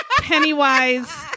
Pennywise